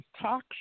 Talk